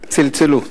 צלצלו.